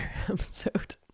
episode